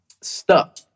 stuck